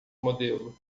modelo